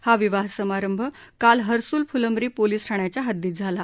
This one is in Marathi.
हा विवाह समारंभ काल हर्सूल फुलंब्री पोलीस ठाण्याच्या हद्दीत झाला